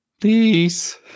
Please